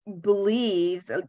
believes